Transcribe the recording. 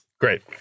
Great